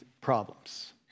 problems